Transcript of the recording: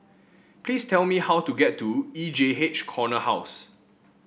please tell me how to get to E J H Corner House